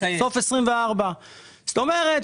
בסוף 2024. זאת אומרת,